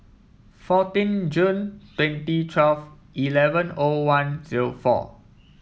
fourteen June twenty twelve eleven O one zero four